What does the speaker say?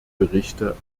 berichte